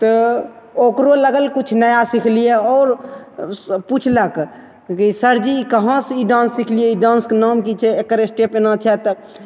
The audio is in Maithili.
तऽ ओकरो लागल किछु नया सिखलिए आओर पुछलक कि सरजी कहाँसे ई डान्स सिखलिए ई डान्सके नाम कि छिए एकर एस्टेप एना छै तब